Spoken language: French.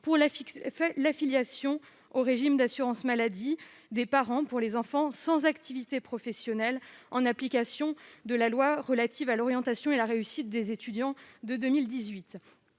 pour l'affiliation au régime d'assurance maladie des parents pour les enfants sans activité professionnelle, en application de la loi du 8 mars 2018 relative à l'orientation et à la réussite des étudiants.